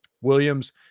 Williams